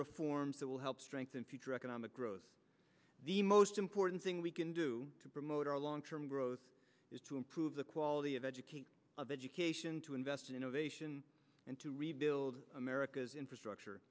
reforms that will help strengthen future economic growth the most important thing we can do to promote our long term growth is to improve the quality of education of education to invest in innovation and to building america's infrastructure